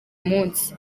munsi